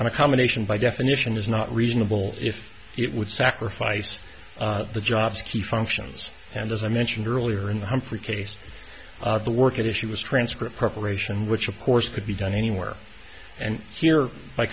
and a combination by definition is not reasonable if it would sacrifice the jobs key functions and as i mentioned earlier in the humphrey case the work issue was transcript preparation which of course could be done anywhere and here by